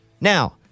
Now